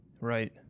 Right